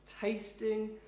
tasting